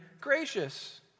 gracious